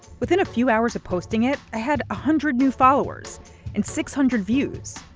within a few hours of posting it, i had a hundred new followers and six hundred views.